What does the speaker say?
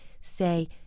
say